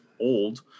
old